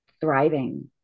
thriving